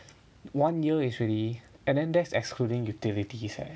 one year is really and then that's excluding utilities leh